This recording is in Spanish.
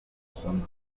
zona